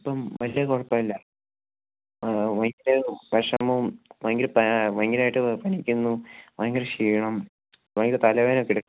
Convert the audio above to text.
ഇപ്പം വലിയ കുഴപ്പമില്ല ഭയങ്കര വിഷമം ഭയങ്കര ഭയങ്കരമായിട്ട് പനിക്കുന്നു ഭയങ്കര ക്ഷീണം ഭയങ്കര തലവേദനയോക്കെ എടുക്കുന്നുണ്ട്